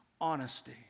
honesty